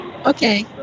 okay